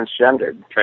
transgendered